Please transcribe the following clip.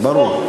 ברור,